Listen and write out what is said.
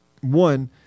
One